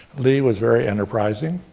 lee was very enterprising.